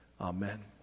Amen